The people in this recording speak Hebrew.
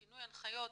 שינוי הנחיות,